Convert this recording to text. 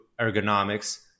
ergonomics